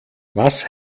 was